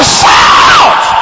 shout